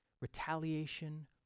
retaliation